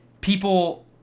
people